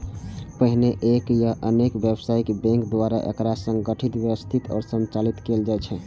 पहिने एक या अनेक व्यावसायिक बैंक द्वारा एकरा संगठित, व्यवस्थित आ संचालित कैल जाइ छै